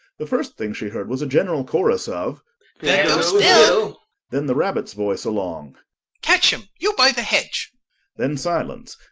the first thing she heard was a general chorus of there goes bill then the rabbit's voice along catch him, you by the hedge then silence,